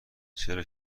چرا